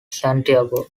santiago